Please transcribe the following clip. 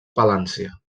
palància